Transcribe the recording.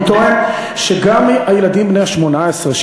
אני טוען שגם הילדים בני ה-18,